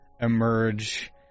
emerge